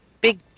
big